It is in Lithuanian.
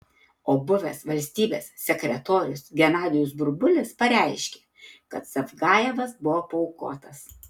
o buvęs valstybės sekretorius genadijus burbulis pareiškė kad zavgajevas buvo paaukotas